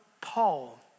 Paul